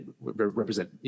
represent